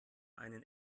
einen